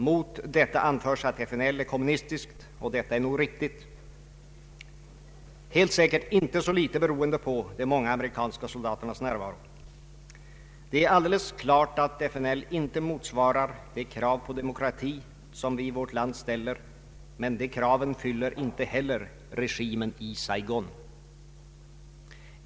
Mot detta anförs att FNL är kommunistiskt och detta är nog riktigt — helt säkert inte så litet beroende på de många amerikanska soldaternas närvaro. Det är alldeles klart att FNL inte motsvarar de krav på demokrati som vi i vårt land ställer, men de kraven fyller inte heller regimen i Saigon.